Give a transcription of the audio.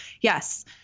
yes